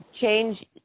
change